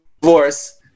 divorce